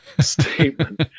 statement